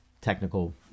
technical